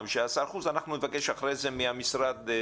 15%. אנחנו נבקש אחרי זה את תגובת המשרד.